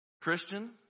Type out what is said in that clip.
Christian